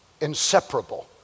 inseparable